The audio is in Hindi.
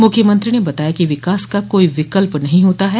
मुख्यमंत्री ने बताया कि विकास का कोई विकल्प नहीं होता है